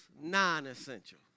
non-essential